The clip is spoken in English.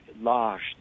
large